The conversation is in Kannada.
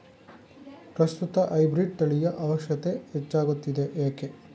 ಪ್ರಸ್ತುತ ಹೈಬ್ರೀಡ್ ತಳಿಯ ಅವಶ್ಯಕತೆ ಹೆಚ್ಚಾಗುತ್ತಿದೆ ಏಕೆ?